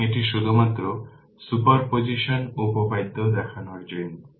সুতরাং এটি শুধুমাত্র সুপারপজিশন উপপাদ্য দেখানোর জন্য